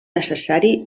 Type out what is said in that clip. necessari